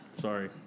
sorry